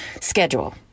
schedule